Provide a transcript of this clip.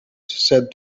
said